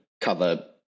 cover